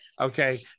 okay